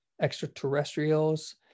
extraterrestrials